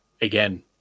again